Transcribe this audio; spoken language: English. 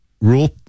rule